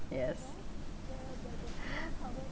yes